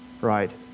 right